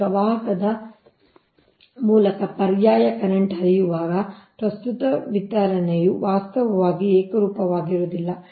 ಈಗ ವಾಹಕದ ಮೂಲಕ ಪರ್ಯಾಯ ಕರೆಂಟ್ ಹರಿಯುವಾಗ ಪ್ರಸ್ತುತ ವಿತರಣೆಯು ವಾಸ್ತವವಾಗಿ ಏಕರೂಪವಾಗಿರುವುದಿಲ್ಲ